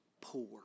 poor